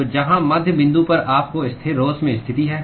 तो जहां मध्य बिंदु पर आपको स्थिरोष्म स्थिति है